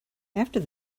after